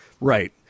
right